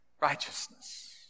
righteousness